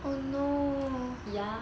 oh no ya